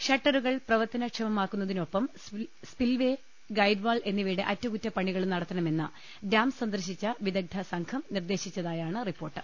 ഷട്ടറുകൾ പ്രവർത്തനക്ഷമമാക്കുന്നതിനൊപ്പം spillway guide wall എന്നിവ യുടെ അറ്റകുറ്റപ്പണികളും നട്ടത്തണ്മെന്ന് ഡാം സന്ദർശിച്ച വിദഗ്ധസംഘം നിർദ്ദേശിച്ചതായാണ് റിപ്പോർട്ട്